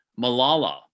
Malala